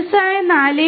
വ്യവസായ 4